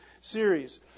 series